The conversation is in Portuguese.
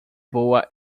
boa